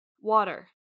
water